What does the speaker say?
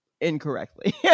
Incorrectly